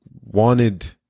wanted